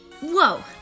Whoa